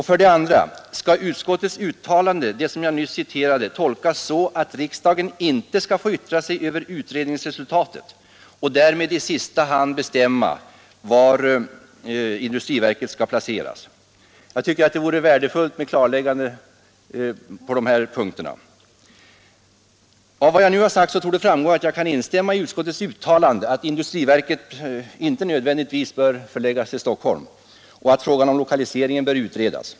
För det andra: Skall utskottets uttalande, som jag nyss citerade, tolkas så att riksdagen inte skall få yttra sig över utredningsresultatet och därmed i sista hand bestämma var industriverket skall placeras? Jag tycker att det vore värdefullt med klarläggande svar på de frågorna. Av vad jag nu har sagt torde framgå att jag kan instämma i utskottets uttalande att industriverket inte nödvändigtvis bör förläggas till Stockholm och att frågan om lokaliseringen bör snabbutredas.